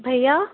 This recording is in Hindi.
भैया